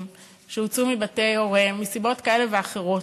שהוצאו מבתי הוריהם מסיבות כאלה ואחרות.